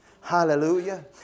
Hallelujah